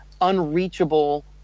unreachable